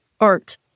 art